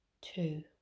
two